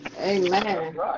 Amen